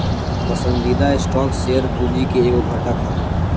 पसंदीदा stock share पूंजी के एगो घटक ह